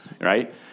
right